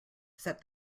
set